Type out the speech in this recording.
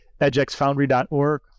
EdgeXFoundry.org